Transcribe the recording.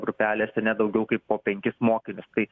grupelėse ne daugiau kaip po penkis mokinius tai